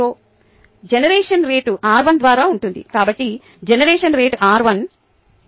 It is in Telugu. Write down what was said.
జనరేషన్ రేటు r1 ద్వారా ఉంటుంది కాబట్టి జనరేషన్ రేటు r1